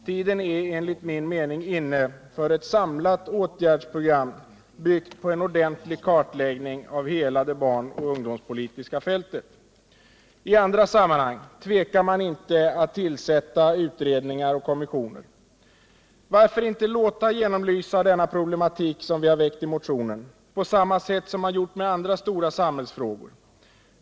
Jag tror att tiden är inne för ett samlat åtgärdsprogram, byggt på en ordentlig kartläggning av hela det barnoch ungdomspolitiska fältet. I andra sammanhang tvekar man inte att tillsätta utredningar och. kommittéer. Varför inte låta genomlysa denna problematik, som vi har dragit upp i motionen, på samma sätt som man gjort med andra stora samhällsfrå gor?